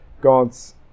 God's